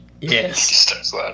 Yes